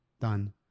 Done